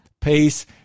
peace